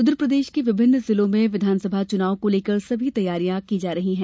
उधर प्रदेश के विभिन्न जिलों में विधानसभा चुनाव को लेकर सभी तैयारियां की जा रही हैं